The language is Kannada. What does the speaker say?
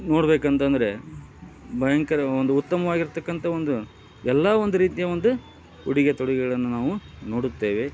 ನೋಡ್ಬೇಕಂತ ಅಂದರೆ ಭಯಂಕರ ಒಂದು ಉತ್ತಮವಾಗಿರ್ತಕಂಥ ಒಂದು ಎಲ್ಲ ಒಂದು ರೀತಿಯ ಒಂದು ಉಡುಗೆ ತೊಡುಗೆಗಳನ್ನ ನಾವು ನೋಡುತ್ತೇವೆ